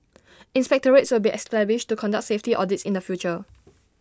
inspectorates will be established to conduct safety audits in the future